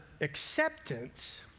acceptance